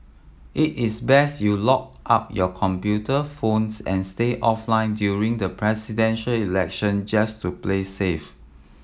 it is best you locked up your computer phones and stay offline during the Presidential Election just to play safe